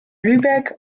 lübeck